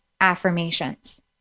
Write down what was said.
affirmations